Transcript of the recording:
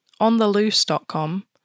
ontheloose.com